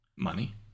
Money